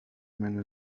mène